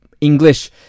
English